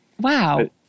Wow